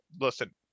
listen